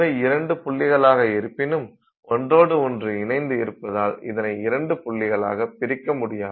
இவை இரண்டு புள்ளிகளாக இருப்பினும் ஒன்றுடன் ஒன்று இணைந்து இருப்பதால் இதனை இரண்டு புள்ளிகளாக பிரிக்க முடியாது